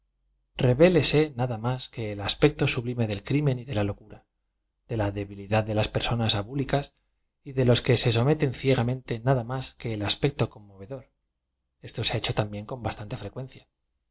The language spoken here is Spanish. le nada más que el aspecto sublime del crimen y de la locura de la debilidad de las persones abúlicas y de los que ae someten ciega mente nada más que el aspecto conmovedor esto se